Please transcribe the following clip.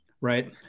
right